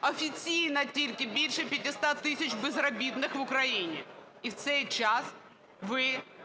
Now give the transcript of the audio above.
офіційно тільки більше п'ятисот тисяч безробітних в Україні. І в цей час ви замість